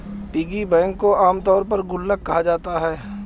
piggy bank को आमतौर पर गुल्लक कहा जाता है